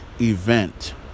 event